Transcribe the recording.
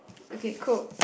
okay cool